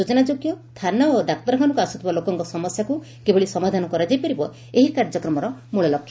ସୂଚନାଯୋଗ୍ୟ ଥାନା ଓ ଡାକ୍ତରଖାନାକୁ ଆସୁଥିବା ଲୋକଙ୍କ ସମସ୍ୟାକୁ କିଭଳି ସମାଧାନ କରାଯାଇପାରିବ ଏହି କାର୍ଯ୍ୟକ୍ରମର ମ୍ଟଳଲକ୍ଷ୍ୟ